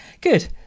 Good